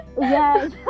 Yes